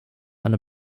and